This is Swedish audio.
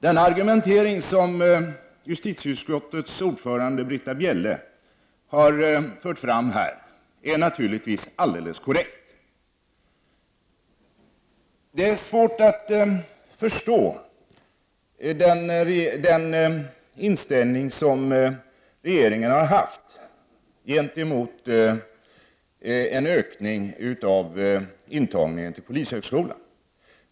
Den argumentering som justitieutskottets ordförande, Britta Bjelle, har framfört här är naturligtvis alldeles korrekt. Det är svårt att förstå den inställning som regeringen har haft gentemot en ökning av intagningen till polishögskolan.